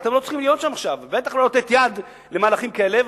אבל אתם לא צריכים להיות שם עכשיו ובטח לא לתת יד למהלכים כאלה,